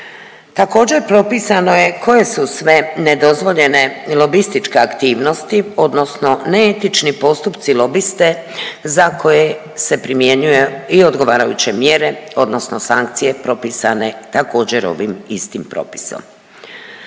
Također, propisano je koje su sve nedozvoljene lobističke aktivnosti odnosno neetični postupci lobiste za koje se primjenjuje i odgovarajuće mjere odnosno sankcije propisane također ovim istim propisom.